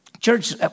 church